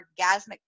orgasmic